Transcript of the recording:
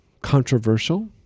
controversial